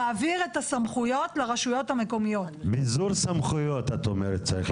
אומרת שצריך לעשות ביזור סמכויות.